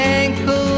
ankle